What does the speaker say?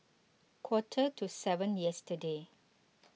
quarter to seven yesterday